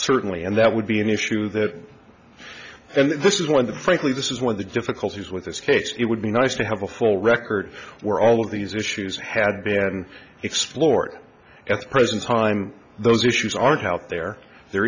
certainly and that would be an issue that and this is one of the frankly this is one of the difficulties with this case it would be nice to have a full record where all of these issues had been explored at the present time those issues are health there there